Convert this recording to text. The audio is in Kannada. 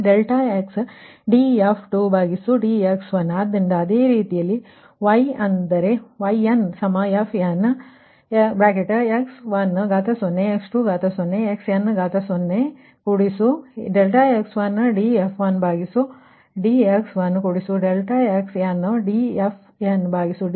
ಅದುದರಿ0ದ ಅದೇ ರೀತಿ y ಅ0ದರೆ yn fnx10 x20 xn0 ವರೆಗೆ∆x1dfndx1 up to ∆xn dfndxn ವರೆಗೆ ಇದು ಸಮೀಕರಣ 45